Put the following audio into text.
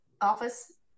Office